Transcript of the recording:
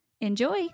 Enjoy